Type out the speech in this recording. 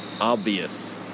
obvious